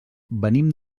venim